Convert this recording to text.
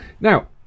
now